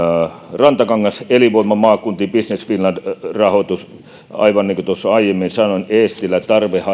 rantakankaalle elinvoima maakuntiin business finland rahoitus aivan niin kuin tuossa aiemmin sanoin eestilälle